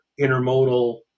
intermodal